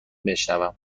بشنوم